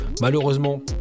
Malheureusement